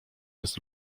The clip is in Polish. jest